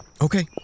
Okay